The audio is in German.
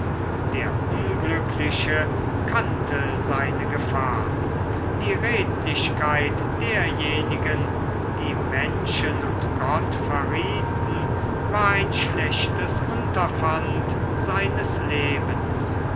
der unglückliche kannte seine gefahr die redlichkeit derjenigen die menschen und gott verrieten war ein schlechtes unterpfand seines lebens